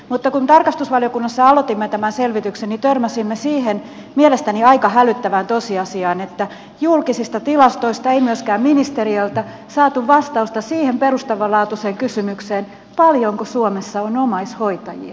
mutta kun tarkastusvaliokunnassa aloitimme tämän selvityksen niin törmäsimme siihen mielestäni aika hälyttävään tosiasiaan että julkisista tilastoista ei myöskään ministeriöltä saatu vastausta siihen perustavanlaatuiseen kysymykseen paljonko suomessa on omaishoitajia